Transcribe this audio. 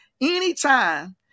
anytime